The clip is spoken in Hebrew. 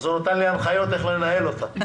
הוא נתן לי הנחיות איך לנהל אותה.